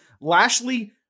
Lashley